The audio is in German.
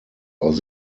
aus